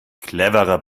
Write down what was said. cleverer